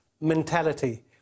mentality